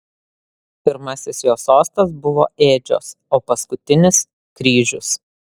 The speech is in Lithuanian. pirmasis jo sostas buvo ėdžios o paskutinis kryžius